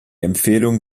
empfehlung